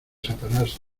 satanás